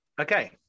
Okay